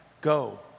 go